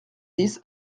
dix